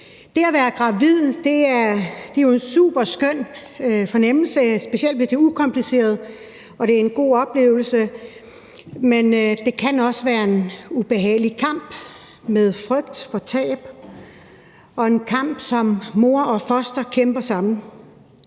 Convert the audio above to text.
Det at være gravid er jo en superskøn fornemmelse, specielt hvis det er ukompliceret og det er en god oplevelse. Men det kan også være en ubehagelig kamp med frygt for tab og en kamp, som mor og foster kæmper sammen.